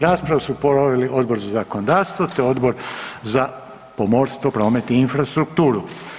Raspravu su proveli Odbor za zakonodavstvo, te Odbor za pomorstvo, promet i infrastrukturu.